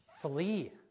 flee